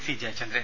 C Jayachandran